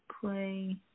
play